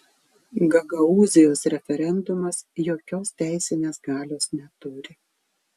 gagaūzijos referendumas jokios teisinės galios neturi